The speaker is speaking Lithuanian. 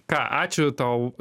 ką ačiū tau